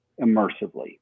immersively